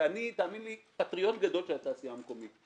ואני, תאמין לי, פטריוט גדול של התעשייה המקומית.